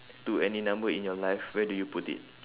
to any number in your life where do you put it